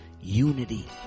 unity